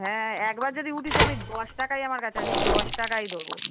হ্যাঁ একবার যদি উঠেছি আমি দশ টাকাই আমার কাছে আমি দশ টাকাই দেবো